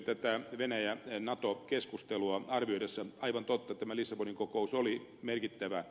tätä venäjänato keskustelua arvioitaessa aivan totta tämä lissabonin kokous oli merkittävä